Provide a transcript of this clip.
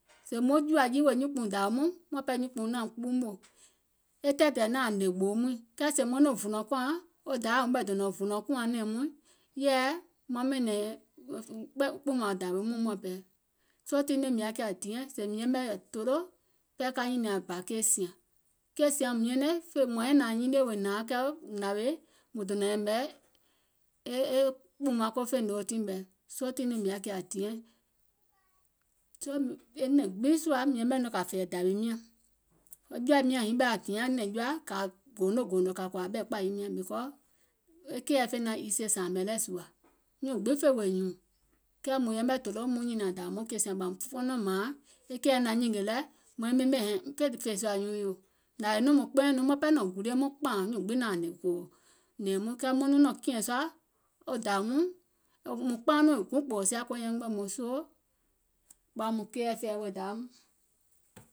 Sèè maŋ jùȧ jii wèè nyuùnkpùuŋ dȧwi mɔɔ̀ŋ, miȧŋ pɛɛ nyuùnkpùuŋ naȧum kpuumò, e tɛ̀ɛ̀tɛ̀ɛ̀ naȧŋ hnè gboo muìŋ, kɛɛ sèè maŋ nɔŋ vùlɔ̀ŋ kùȧŋ, wo dayȧ hun ɓɛɛ ɓɛ̀nɛ̀ŋ vùlɔ̀ŋ kùȧŋ nɛ̀ɛ̀ŋ muìŋ maŋ kpùùmȧŋ dȧwium nyȧŋ muȧŋ pɛɛ, soo tiŋ nɔŋ mìŋ yaȧ kiȧ diɛŋ sèè mìŋ yɛmɛ̀ yɛi tòloò miȧŋ pɛɛ ka nyìnìȧŋ bȧ keì sìȧŋ, keì sìàaŋ mùŋ nyɛnɛŋ, mùŋ yȧiŋ nȧaŋ nyinie wèè nȧaŋ, kɛɛ nȧwèè mùŋ dònȧŋ yɛ̀mɛ̀ e kpùùmaŋ ko fènòo tin nɛɛ̀, soo tiŋ nɔŋ mìŋ yaȧ kiȧ diɛŋ, aŋ jɔ̀ȧim nyȧŋ hiŋ ɓɛɛ ȧŋ hiȧŋ nɛ̀ŋ jɔa, kȧ goono gòònò kȧ kòȧ ɓɛ̀ kpàyiim nyȧŋ because e keìɛ fè naȧŋ easy sȧȧmè lɛɛ̀ sùȧ, nyùùŋ gbiŋ fè wèè nyùùŋ, kɛɛ mùŋ yɛmɛ̀ tòloò muŋ nyìnìȧŋ dȧwi mɔɔ̀ŋ keì sìȧŋ ɓɔ̀ mùŋ fɔɔnɔ̀ŋ mȧȧŋ keìɛ naŋ nyìngè lɛ maiŋ ɓemɛ̀ hɛ̀ŋ miŋ fè fè sùȧ nyùùŋ yò, nȧwèè nɔŋ mùŋ kpɛɛ̀ŋ nɔŋ maŋ ɓɛɛ nɔ̀ŋ gulie muŋ kpȧȧŋ nyùùŋ gbiŋ naȧŋ hnè nɛ̀ɛ̀ŋ muìŋ, kɛɛ maŋ nɔŋ nɔ̀ŋ kìɛ̀ŋ sùȧ dàwi mɔɔ̀ŋ, mùŋ kpaa nɔŋ è guùŋ kpò wò sia ko yɛmgbɛ̀ moo, soo ɓà mùŋ kɛ̀ɛ̀ fɛ̀ɛ̀ wèè dȧwium